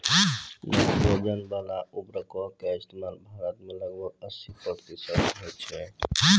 nitrogen बाला उर्वरको के इस्तेमाल भारत मे लगभग अस्सी प्रतिशत होय छै